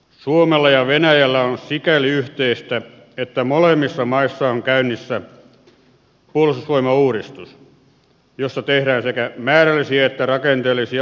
suomella ja venäjällä on sikäli yhteistä että molemmissa maissa on käynnissä puolustusvoimauudistus jossa tehdään sekä määrällisiä että rakenteellisia uudistuksia